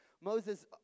Moses